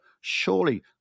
surely